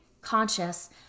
conscious